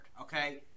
okay